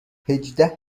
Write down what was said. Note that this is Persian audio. هجده